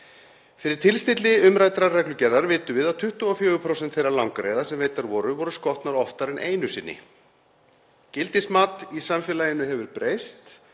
Fyrir tilstilli umræddrar reglugerðar vitum við að 24% þeirra langreyða sem veiddar voru voru skotnar oftar en einu sinni. Gildismat í samfélaginu hefur breyst.